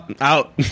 Out